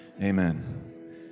Amen